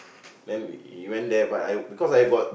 then we went there but I because I got